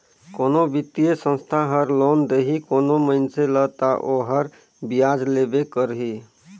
कोनो बित्तीय संस्था हर लोन देही कोनो मइनसे ल ता ओहर बियाज लेबे करही